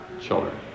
children